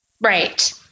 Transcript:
Right